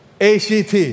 ACT